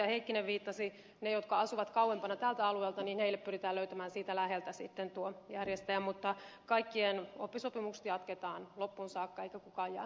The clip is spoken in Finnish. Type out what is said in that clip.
heikkinen viittasi jotka asuvat kauempana tältä alueelta pyritään löytämään siitä läheltä sitten tuo järjestäjä mutta kaikkien oppisopimukset jatketaan loppuun saakka eikä kukaan jää tyhjän päälle